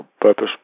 purpose